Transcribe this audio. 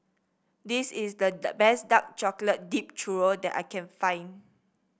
this is the best Dark Chocolate Dipped Churro that I can find